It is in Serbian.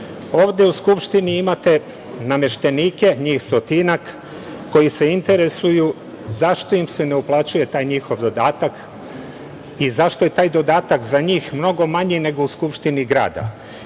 Ovde u Skupštini imate nameštenike, njih stotinak koji se interesuju zašto im se ne uplaćuje taj njihov dodatak i zašto je taj dodatak za njih mnogo manji nego u Skupštini grada?